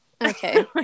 Okay